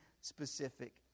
specific